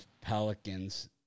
Pelicans